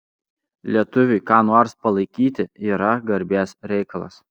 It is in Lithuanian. lietuviui ką nors palaikyti yra garbės reikalas